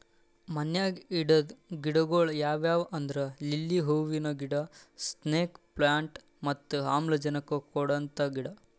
ಮನ್ಯಾಗ್ ಇಡದ್ ಗಿಡಗೊಳ್ ಯಾವ್ಯಾವ್ ಅಂದ್ರ ಲಿಲ್ಲಿ ಹೂವಿನ ಗಿಡ, ಸ್ನೇಕ್ ಪ್ಲಾಂಟ್ ಮತ್ತ್ ಆಮ್ಲಜನಕ್ ಕೊಡಂತ ಗಿಡ